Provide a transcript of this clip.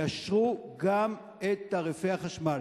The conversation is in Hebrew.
יאשרו גם את תעריפי החשמל.